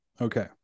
Okay